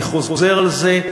אני חוזר על זה,